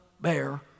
bear